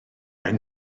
yng